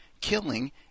killing